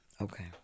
Okay